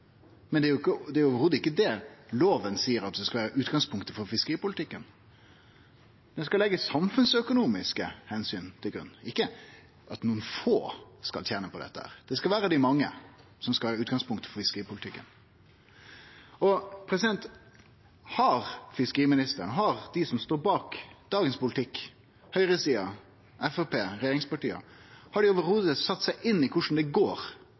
men det er slett ikkje det loven seier skal vere utgangspunktet for fiskeripolitikken. Den skal leggje samfunnsøkonomiske omsyn til grunn, ikkje at nokre få skal tene på dette. Det er dei mange som skal vere utgangspunktet for fiskeripolitikken. Har fiskeriministeren, dei som står bak dagens politikk – høgresida, Framstegspartiet, regjeringspartia – i det heile sett seg inn i korleis det går